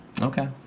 Okay